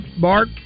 Bart